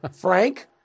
Frank